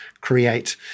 create